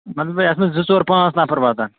مطلب یَتھ منٛز زٕ ژور پانٛژھ نَفَر واتَن